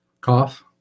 cough